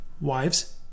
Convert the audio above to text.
wives